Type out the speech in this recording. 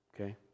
Okay